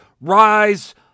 rise